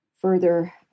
further